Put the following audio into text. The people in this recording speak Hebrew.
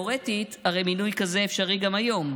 תיאורטית, הרי מינוי כזה אפשרי גם היום,